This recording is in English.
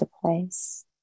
place